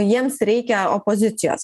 jiems reikia opozicijos